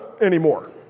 anymore